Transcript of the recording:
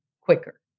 quicker